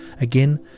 Again